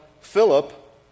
Philip